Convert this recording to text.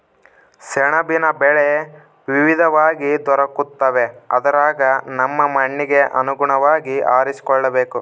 ಸೆಣಬಿನ ಬೆಳೆ ವಿವಿಧವಾಗಿ ದೊರಕುತ್ತವೆ ಅದರಗ ನಮ್ಮ ಮಣ್ಣಿಗೆ ಅನುಗುಣವಾಗಿ ಆರಿಸಿಕೊಳ್ಳಬೇಕು